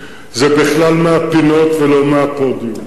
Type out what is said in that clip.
זה בכלל מהפינות ולא מהפודיום.